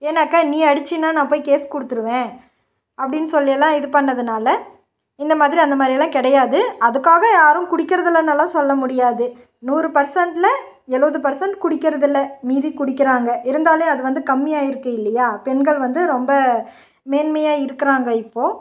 ஏன்னாக்கா நீ அடித்தேன்னா நான் போய் கேஸ் கொடுத்துருவேன் அப்படின்னு சொல்லியெல்லாம் இது பண்ணதுனால் இந்த மாதிரி அந்த மாதிரியெல்லாம் கிடையாது அதுக்காக யாரும் குடிக்கிறது இல்லைன்னெல்லாம் சொல்ல முடியாது நூறு பர்சண்ட்டில் எழுபது பர்சண்ட் குடிக்கிறதில்லை மீதி குடிக்கிறாங்க இருந்தாலும் அது வந்து கம்மி ஆகிருக்கில்லையா பெண்கள் வந்து ரொம்ப மேன்மையாக இருக்கிறாங்க இப்போது